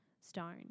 stone